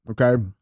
okay